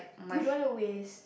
you don't want to waste